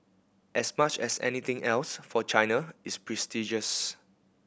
as much as anything else for China it's prestigious